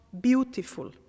beautiful